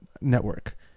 network